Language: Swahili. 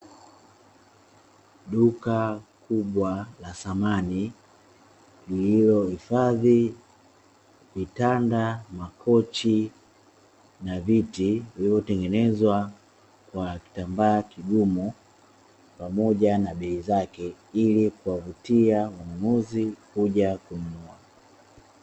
Duka kubwa la samani lililohifadhi vitanda, makochi na viti vilivyotengenezwa kwa kitambaa kigumu pamoja na bei zake, ili kuwavutia wanunuzi kuja kununua.